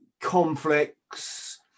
conflicts